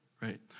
right